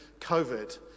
COVID